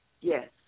Yes